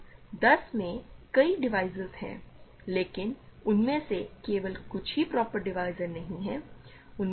तो 10 में कई डिवीज़रस हैं लेकिन उनमें से केवल कुछ ही प्रॉपर नहीं हैं उनमें से कुछ प्रॉपर हैं